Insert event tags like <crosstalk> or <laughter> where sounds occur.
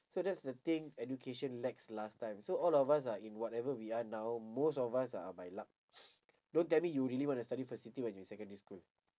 so that's the thing education lacks last time so all of us are in whatever we are now most of us are by luck <noise> don't tell me you really want to study facility when you in secondary school